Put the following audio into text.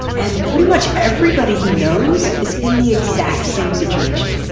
and pretty much everybody he knows is in the exact same situation.